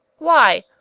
why?